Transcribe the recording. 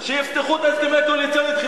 עינת וילף.